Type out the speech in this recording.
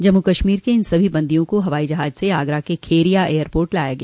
जम्मू कश्मीर से इन सभी बंदियों को हवाई जहाज से आगरा के खेरिया एयर पोर्ट लाया गया